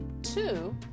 Two